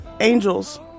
Angels